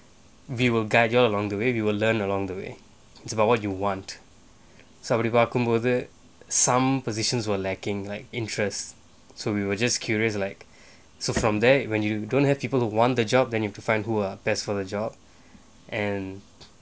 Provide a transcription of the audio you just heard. we will guide you along the way we will learn along the way it's about what you want அப்படி பார்க்கும்போது:appadi paarkkumbothu some positions were lacking like interest so we were just curious like so from there when you don't have people who want the job then you have to find who are best for the job and